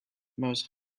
most